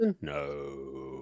no